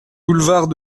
boulevard